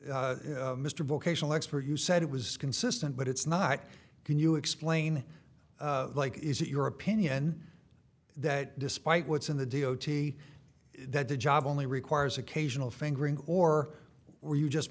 mr vocational expert who said it was consistent but it's not can you explain like is it your opinion that despite what's in the d o t that the job only requires occasional fingering or were you just